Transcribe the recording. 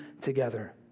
together